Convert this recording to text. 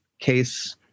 case